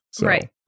right